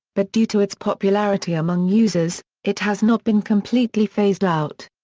but due to its popularity among users, it has not been completely phased out.